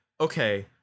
okay